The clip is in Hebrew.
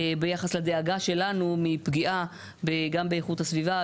ביחס לדאגה שלנו מפגיעה גם באיכות הסביבה,